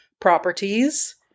properties